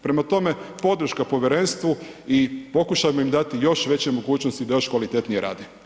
Prema tome, podrška povjerenstvu i pokušajmo im dati još veće mogućnosti da još kvalitetnije rade.